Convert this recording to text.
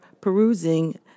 perusing